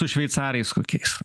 su šveicarais kokiais